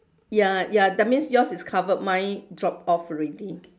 ya ya that means yours is covered mine drop off already